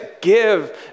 Give